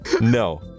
No